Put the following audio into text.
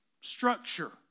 structure